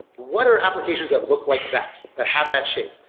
what are applications that look like that, that have that shape?